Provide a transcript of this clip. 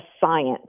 science